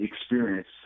experience